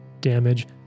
damage